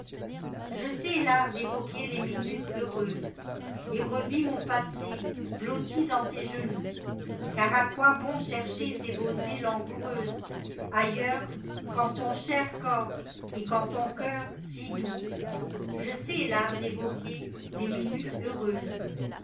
je sais l'art d'évoquer les minutes heureuses et revis mon passé blotti dans tes genoux car à quoi bon chercher tes beautés langoureuses ailleurs qu'en ton cher corps et qu'en ton cœur si doux je sais l'art d'évoquer les minutes heureuses